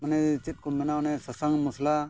ᱢᱟᱱᱮ ᱚᱱᱮ ᱪᱮᱫ ᱠᱚ ᱢᱮᱱᱟ ᱚᱱᱮ ᱥᱟᱥᱟᱝ ᱢᱚᱥᱞᱟ